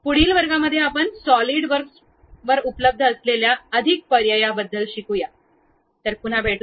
पुढील वर्गांमध्ये आपण सॉलिडवर्क्सवर उपलब्ध असलेल्या अधिक पर्यायांबद्दल शिकू